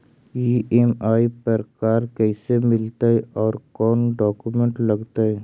EMI पर car कैसे मिलतै औ कोन डाउकमेंट लगतै?